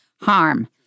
harm